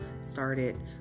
started